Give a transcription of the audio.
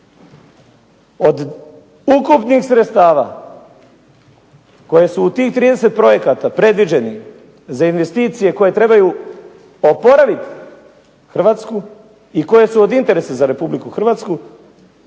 Od ukupnih sredstava koje su u tih 30 projekata predviđenih za investicije koje trebaju oporaviti Hrvatsku i koje su od interesa za Republiku Hrvatsku